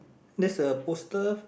there's a poster